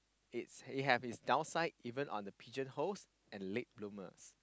it's it have his down sign on it's downside even on the pigeon holes and late bloomers